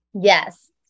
Yes